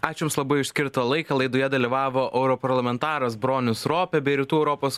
ačiū jums labai už skirtą laiką laidoje dalyvavo europarlamentaras bronius ropė bei rytų europos